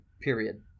Period